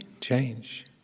change